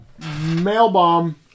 Mailbomb